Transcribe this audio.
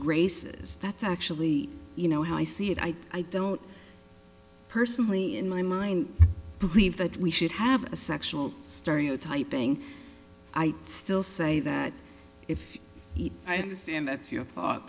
graces that's actually you know how i see it i don't personally in my mind believe that we should have a sexual stereotypes thing i still say that if i had the stand that's your thought